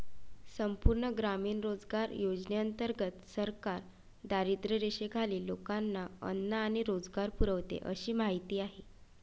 संपूर्ण ग्रामीण रोजगार योजनेंतर्गत सरकार दारिद्र्यरेषेखालील लोकांना अन्न आणि रोजगार पुरवते अशी माहिती आहे